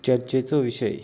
चर्चेचो विशय